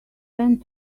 went